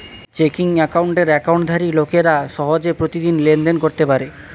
checking অ্যাকাউন্টের অ্যাকাউন্টধারী লোকেরা সহজে প্রতিদিন লেনদেন করতে পারে